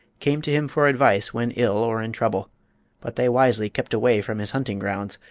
came to him for advice when ill or in trouble but they wisely kept away from his hunting grounds,